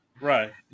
Right